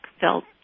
felt